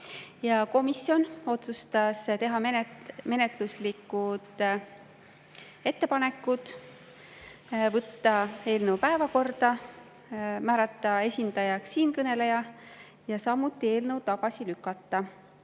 Komisjon otsustas teha mõned menetluslikud ettepanekud: võtta eelnõu päevakorda, määrata esindajaks siinkõneleja ja eelnõu tagasi lükata.